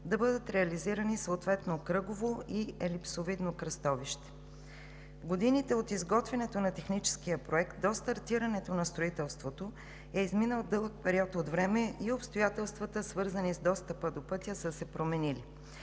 да бъдат реализирани съответно кръгово и елипсовидно кръстовище. От изготвянето на техническия проект до стартирането на строителството е изминал дълъг период от време и обстоятелствата, свързани с достъпа до пътя са се променили,